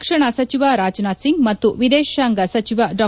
ರಕ್ಷಣಾ ಸಚಿವ ರಾಜನಾಥ್ ಸಿಂಗ್ ಮತ್ತು ವಿದೇಶಾಂಗ ಸಚಿವ ಡಾ